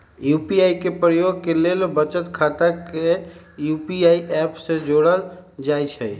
UPI के प्रयोग के लेल बचत खता के यू.पी.आई ऐप से जोड़ल जाइ छइ